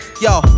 Yo